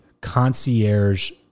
concierge